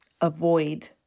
avoid